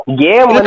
game